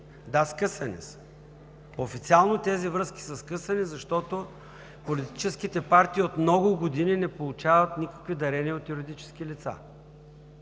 Да, скъсани са. Официално тези връзки са скъсани, защото политическите партии от много години не получават никакви дарения от юридически лица.